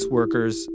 Workers